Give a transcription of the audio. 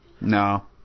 No